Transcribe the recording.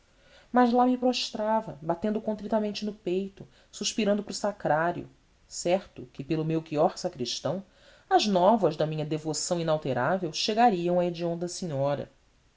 mas lá me prostrava batendo contritamente no peito suspirando para o sacrário certo que pelo melchior sacristão as novas da minha devoção inalterável chegariam à hedionda senhora